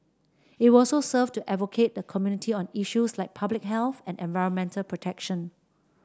it will also serve to advocate the community on issues like public health and environmental protection